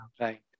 Right